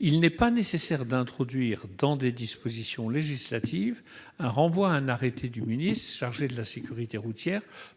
il n'est pas nécessaire d'introduire, dans les dispositions législatives, un renvoi à un arrêté du ministre chargé de la sécurité routière